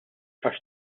għax